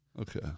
Okay